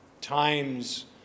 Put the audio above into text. times